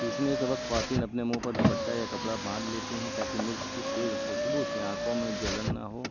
پیسنے کے وقت خواتین اپنے منہ پر ڈپٹہ یا کپڑا باندھ لیتی ہیں تاکہ مرچ کی تیز خوشبو سے آنکھوں میں جلن نہ ہو